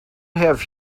have